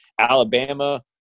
Alabama